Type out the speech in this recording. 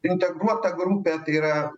integruota grupė tai yra